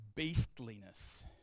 Beastliness